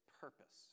purpose